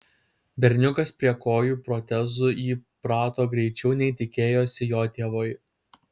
berniukas prie kojų protezų įprato greičiau nei tikėjosi jo tėvai